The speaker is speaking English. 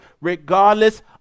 regardless